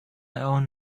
own